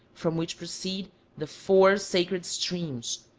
from which proceed the four sacred streams,